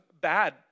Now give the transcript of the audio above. bad